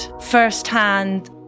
firsthand